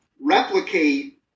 replicate